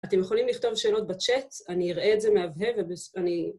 אתם יכולים לכתוב שאלות בצ'אט, אני אראה את זה מהווה ואני...